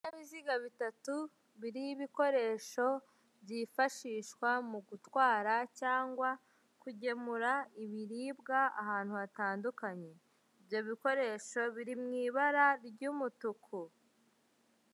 Ibinyabiziga bitatu biriho ibikoresho byifashishwa mu gutwara cyangwa kugemura ibiribwa ahantu hatandukanye, ibyo bikoresho biri mu ibara ry'umutuku.